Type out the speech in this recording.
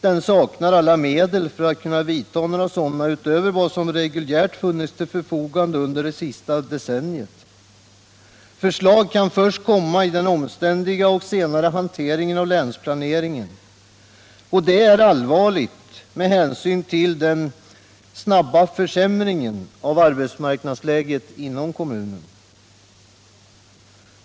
Den saknar alla medel för att kunna vidta några sådana utöver vad som reguljärt funnits till förfogande under det senaste decenniet. Förslag kan först komma i den omständliga och senare hanteringen av länsplaneringen. Och detta är allvarligt med hänsyn till den hastiga försämringen av arbetsmarknadsläget inom kommunen.